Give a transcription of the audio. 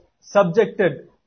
subjected